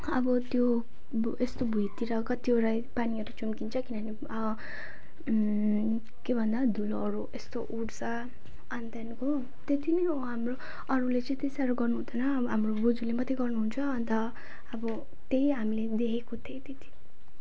अब त्यो ब यस्तो भुइँतिर कतिवटा पानीहरू छम्कन्छ किनभने के भन्दा धुलोहरू यस्तो उड्छ अनि त्यहाँको त्यति नै हो हाम्रो अरूले चाहिँ त्यसरी गर्नु हुँदैन हाम्रो बोजूले मात्रै गर्नु हुन्छ अन्त अब त्यही हामीले देखेको त्यही त्यति